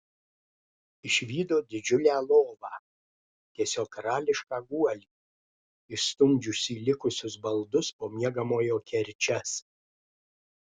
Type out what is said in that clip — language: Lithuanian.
išvydo didžiulę lovą tiesiog karališką guolį išstumdžiusį likusius baldus po miegamojo kerčias